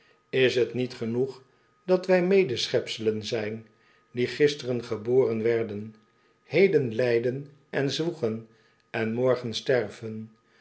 is t niet genoeg dat wij mede schepselen zijn die gisteren geboren werden heden lijden en zwoegen en morgen sterven